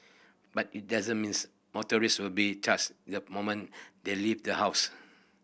but it doesn't means motorists will be charged the moment they leave the house